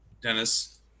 dennis